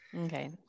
Okay